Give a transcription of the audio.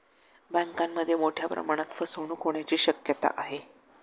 बँकांमध्ये मोठ्या प्रमाणात फसवणूक होण्याची शक्यता आहे